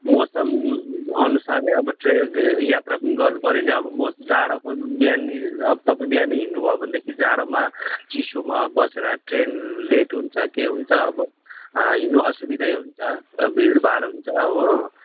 मौसमअनुसारै अब ट्रे यात्रा पनि गर्नुपर्यो नि अब म जाडोको बिहान नि अब तपाईँ बिहानै हिँड्नु भयो भनेदेखि जाडोमा चिसोमा बसेर ट्रेन लेट हुन्छ के हुन्छ अब हिँड्नु असुविधै हुन्छ भिडभाड हुन्छ हो